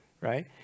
right